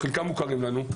חלקם מוכרים לנו.